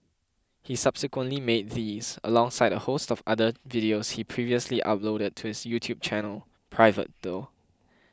he subsequently made these alongside a host of other videos he previously uploaded to his YouTube channel private though